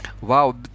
wow